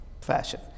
fashion